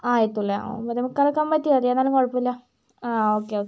ആ എത്തുമല്ലേ ഒമ്പതേമുക്കാലൊക്കെ ആകുമ്പം എത്തിയാൽ മതി എന്നാലും കുഴപ്പമില്ല ആ ഓക്കേ ഓക്കേ